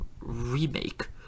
remake